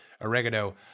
Oregano